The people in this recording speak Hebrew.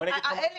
אני